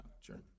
sure